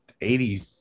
eighty